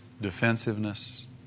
defensiveness